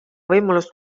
võimalust